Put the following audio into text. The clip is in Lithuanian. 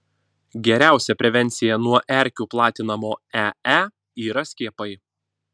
geriausia prevencija nuo erkių platinamo ee yra skiepai